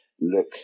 look